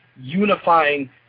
unifying